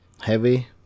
heavy